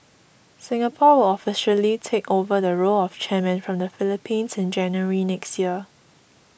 Singapore will officially take over the role of chairman from the Philippines in January next year